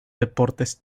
deportes